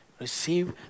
Receive